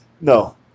no